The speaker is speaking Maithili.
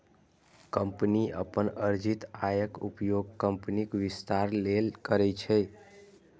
कंपनी अपन अर्जित आयक उपयोग कंपनीक विस्तार लेल करै छै